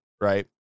right